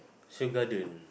Seoul-garden